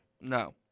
No